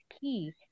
key